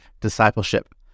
Discipleship